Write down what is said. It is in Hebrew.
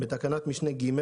בתקנת משנה (ג),